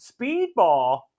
speedball